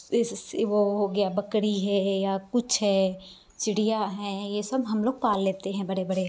इस इससे वो हो गया बकरी है या कुछ है चिड़िया हैं ये सब हम लोग पाल लेते हैं बड़े बड़े